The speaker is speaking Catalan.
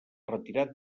retirat